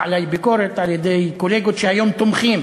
עלי ביקורת על-ידי קולגות שהיום תומכים